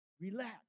Relax